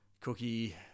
Cookie